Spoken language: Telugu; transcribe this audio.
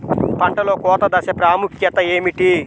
పంటలో కోత దశ ప్రాముఖ్యత ఏమిటి?